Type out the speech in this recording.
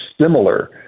similar